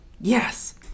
Yes